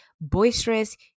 boisterous